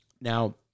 now